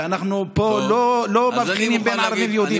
ואנחנו פה לא מבחינים בין ערבים ליהודים.